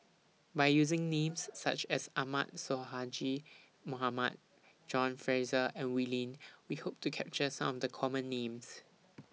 By using Names such as Ahmad Sonhadji Mohamad John Fraser and Wee Lin We Hope to capture Some of The Common Names